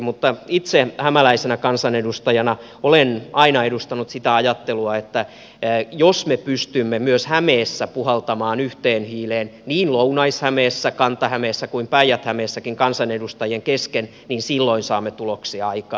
mutta itse hämäläisenä kansanedustajana olen aina edustanut sitä ajattelua että jos me pystymme myös hämeessä niin lounais hämeessä kanta hämeessä kuin päijät hämeessäkin puhaltamaan yhteen hiileen kansanedustajien kesken niin silloin saamme tuloksia aikaan